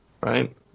Right